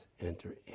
enter